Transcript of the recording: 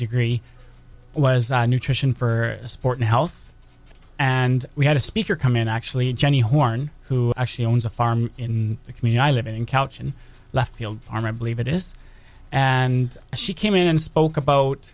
degree was nutrition for sport and health and we had a speaker come in actually jenny horne who actually owns a farm in a community living in couch and left field farm or believe it is and she came in and spoke about